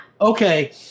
Okay